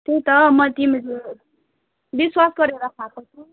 त्यही त मैले त तिम्रो विश्वास गरेर खाएको छु